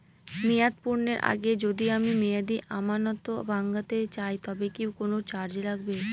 মেয়াদ পূর্ণের আগে যদি আমি মেয়াদি আমানত ভাঙাতে চাই তবে কি কোন চার্জ লাগবে?